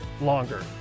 longer